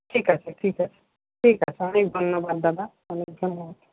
ঠিক আছে ঠিক আছে ঠিক আছে অনেক ধন্যবাদ দাদা অনেক ধন্যবাদ